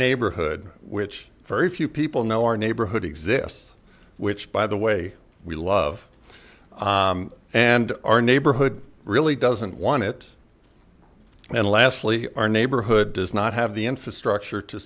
neighborhood which very few people know our neighborhood exists which by the way we love and our neighborhood really doesn't want it and lastly our neighborhood does not have the infrastructure to